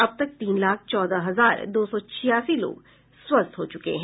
अब तक तीन लाख चौदह हजार दो सौ छियासी लोग स्वस्थ हो चुके है